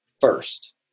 first